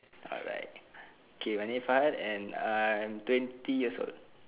alright okay my name farhad and I'm twenty years old